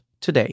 today